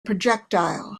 projectile